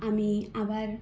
আমি আবার